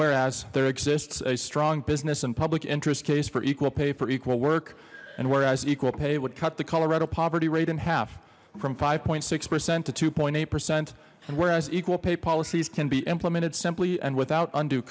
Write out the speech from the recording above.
whereas there exists a strong business and public interest case for equal pay for equal work and whereas equal pay would cut the colorado poverty rate in half from five point six percent to two point eight percent and whereas equal pay policies can be implemented simply and without und